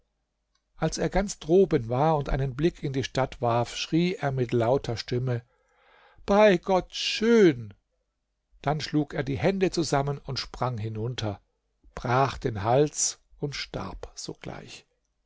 als er ganz droben war und einen blick in die stadt warf schrie er mit lauter stimme bei gott schön dann schlug er die hände zusammen und sprang hinunter brach den hals und starb sogleich